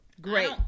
Great